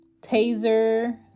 Taser